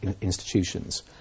institutions